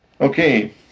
Okay